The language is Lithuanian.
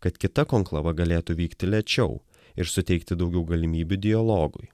kad kita konklava galėtų vykti lėčiau ir suteikti daugiau galimybių dialogui